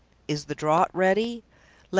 is the draught ready?